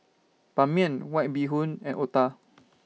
Ban Mian White Bee Hoon and Otah